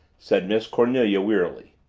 said miss cornelia wearily.